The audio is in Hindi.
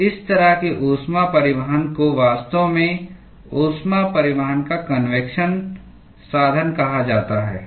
तो इस तरह के ऊष्मा परिवहन को वास्तव में ऊष्मा परिवहन का कन्वेक्शन साधन कहा जाता है